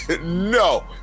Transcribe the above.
No